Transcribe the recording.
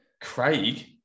Craig